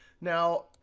now,